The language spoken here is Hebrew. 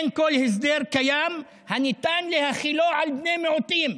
אין כל הסדר קיים הניתן להחילו על בני מיעוטים.